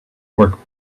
work